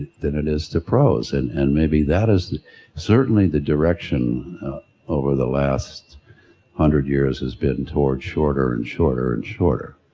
than it is to prose and and maybe that is certainly the direction over the last hundred years has been towards shorter and shorter and shorter.